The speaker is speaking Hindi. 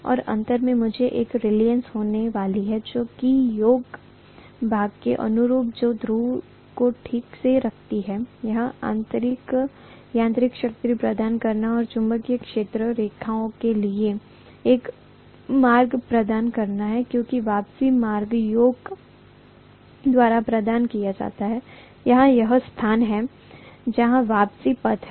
और अंत में मुझे एक और रीलक्टन्स होने वाली है जो कि योक भाग के अनुरूप है जो ध्रुवों को ठीक से रखती है यह यांत्रिक शक्ति प्रदान करना है और चुंबकीय क्षेत्र रेखाओं के लिए एक मार्ग प्रदान करना है क्योंकि वापसी मार्ग योक द्वारा प्रदान किया जाता है यहां वह स्थान है जहां वापसी पथ है